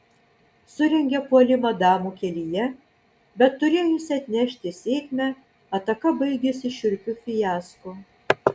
surengia puolimą damų kelyje bet turėjusi atnešti sėkmę ataka baigiasi šiurpiu fiasko